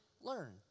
learn